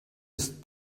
ist